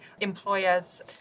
employers